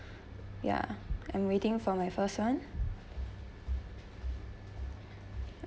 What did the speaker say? ya I'm waiting for my first [one]